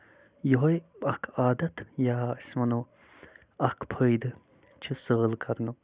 یِہوے اکھ عدتھ یا أسۍ وَنو اکھ فٲیدٕ چھُ سٲل کَرنُک